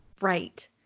Right